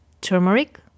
turmeric